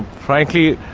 frankly,